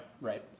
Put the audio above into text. Right